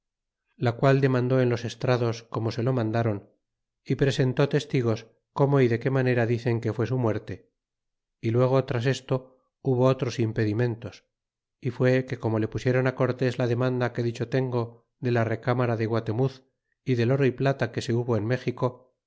la qual demandó en los estrados como se lo mandron y presentó testigos cómo y de qué manera dicen que fué su muerte y luego tras esto hubo otros impedimentos y fué que como le pusiéron cortés la demanda que dicho tengo de la recámara de guatemuz y del oro y plata que se hubo en méxico